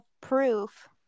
proof